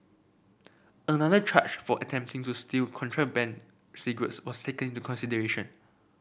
another charge for attempting to steal contraband cigarettes was taken to consideration